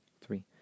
three